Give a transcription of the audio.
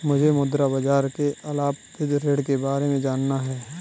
मुझे मुद्रा बाजार के अल्पावधि ऋण के बारे में जानना है